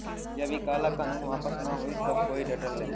जब इ काला कानून वापस न होई सब कोई डटल रही